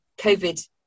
COVID